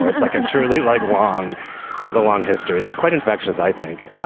let's look. and truly like long has a long history. that's quite infectious, i think.